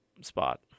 spot